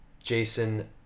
Jason